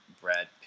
Brad